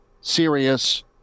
serious